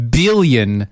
billion